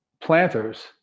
planters